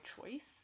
choice